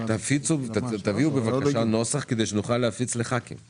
תפיצו ותביאו בבקשה נוסח כדי שנוכל להפיץ אותו לחברי הכנסת.